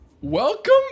Welcome